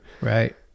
Right